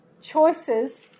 choices